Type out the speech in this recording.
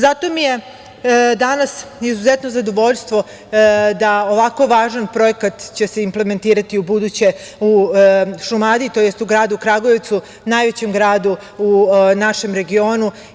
Zato mi je danas izuzetno zadovoljstvo da će se ovako važan projekat implementirati ubuduće u Šumadiji, tj. u gradu Kragujevcu, najvećem gradu u našem regionu.